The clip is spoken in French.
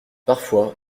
parfois